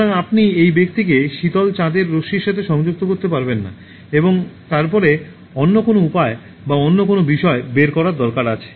সুতরাং আপনি এই ব্যক্তিকে শীতল চাঁদের রশ্মির সাথে সংযুক্ত করতে পারবেন না এবং তারপরে অন্য কোনও উপায় বা অন্য কোনও বিষয় বের করার দরকার রয়েছে